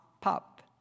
pop